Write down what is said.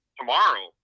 tomorrow